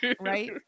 Right